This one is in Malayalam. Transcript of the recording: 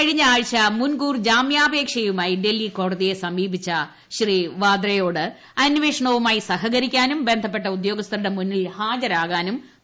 കഴിഞ്ഞ ആഴ്ച മുൻകൂർ ജാമ്യാപേക്ഷയുമായി ഡൽഹി കോടതിയെ സമീപിച്ച വാദ്രയോട് അന്വേഷണവുമായി സഹകരിക്കാനും ബന്ധപ്പെട്ട ഉദ്യോഗസ്ഥരുടെ മുന്നിൽ ഹാജരാകാനും നിർദ്ദേശം നൽകിയിരുന്നു